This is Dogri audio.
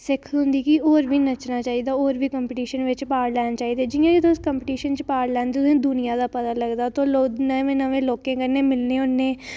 सिक्ख थ्होंदी कि होर बी नच्चना चाहिदा होर बी कम्पीटिशन बिच पार्ट लैना चाहिदा जि'यां तुस कम्पीटिशन च पार्ट लैंदे तुसेंगी दुनिया दा पता लगदा लोक नमें नमें लोकें कन्नै मिलने होन्ने